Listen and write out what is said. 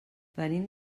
venim